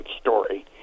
story